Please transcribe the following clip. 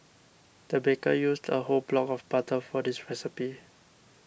the baker used a whole block of butter for this recipe